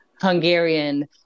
Hungarian